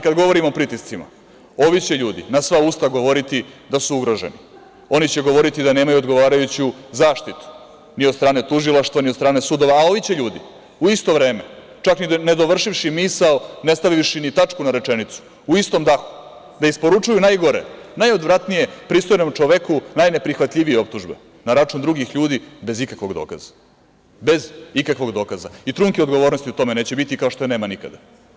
Kada govorimo o pritiscima, ovi će ljudi na sva usta govoriti da su ugroženi, oni će govoriti da nemaju odgovarajuću zaštitu ni od strane tužilaštva ni od strane sudova, a ovi će ljudi u isto vreme, čak i ne dovršivši misao, ne stavivši ni tačku na rečenicu, u istom dahu da isporučuju najgore, najodvratnije pristojnom čoveku najneprihvatljivije optužbe na račun drugih ljudi, bez ikakvog dokaza i trunke odgovornosti u tome neće biti kao što je nema nikada.